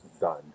done